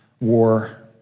war